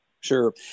Sure